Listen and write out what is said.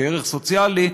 כערך סוציאלי,